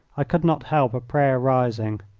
i could not help a prayer rising,